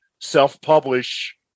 self-publish